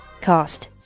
cost